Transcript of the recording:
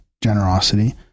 generosity